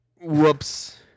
Whoops